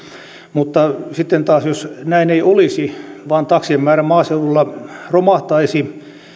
mutta sitten taas jos näin ei olisi vaan taksien määrä maaseudulla romahtaisi